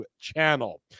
channel